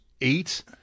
eight